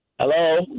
Hello